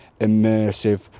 immersive